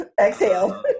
exhale